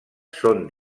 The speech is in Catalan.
són